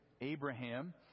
abraham